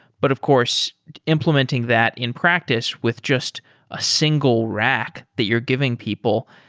but of course implementing that in practice with just a single rack that you're giving people,